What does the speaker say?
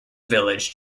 village